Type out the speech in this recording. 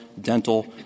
dental